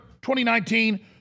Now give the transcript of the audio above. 2019